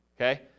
okay